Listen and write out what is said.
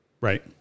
Right